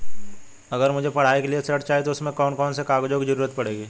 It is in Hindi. अगर मुझे पढ़ाई के लिए ऋण चाहिए तो उसमें कौन कौन से कागजों की जरूरत पड़ेगी?